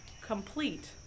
complete